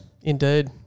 Indeed